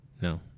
no